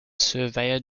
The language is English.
surveyor